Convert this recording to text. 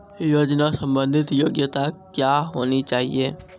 योजना संबंधित योग्यता क्या होनी चाहिए?